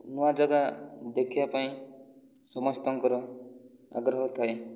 ନୂଆ ଯାଗା ଦେଖିବା ପାଇଁ ସମସ୍ତଙ୍କର ଆଗ୍ରହ ଥାଏ